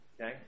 okay